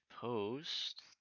post